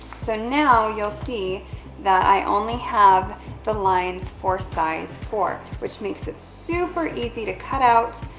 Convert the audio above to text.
so, now, you'll see that i only have the lines for size four, which makes it super easy to cut out,